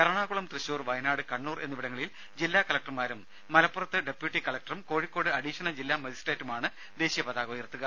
എറണാകുളം തൃശൂർ വയനാട് കണ്ണൂർ എന്നിവിടങ്ങളിൽ ജില്ലാ കലക്ടർമാരും മലപ്പുറത്ത് ഡെപ്യൂട്ടി കലക്ടറും കോഴിക്കോട് അഡീഷണൽ ജില്ലാ മജിസ്ട്രേറ്റുമാണ് ദേശീയ പതാക ഉയർത്തുക